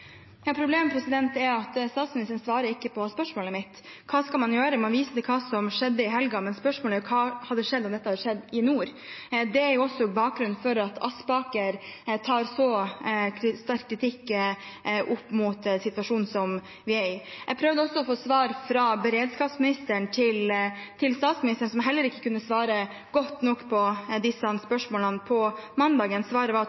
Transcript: er at statsministeren ikke svarer på spørsmålet mitt. Hva skal man gjøre? Man viser til hva som skjedde i helgen, men spørsmålet er: Hva hadde skjedd om dette hadde skjedd i nord? Det er også bakgrunnen for at Vik Aspaker kritiserer så sterkt situasjonen vi er i. Jeg prøvde også å få svar fra statsministerens beredskapsminister, som heller ikke kunne svare godt nok på disse spørsmålene på mandag. Svaret var at